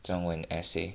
中文 essay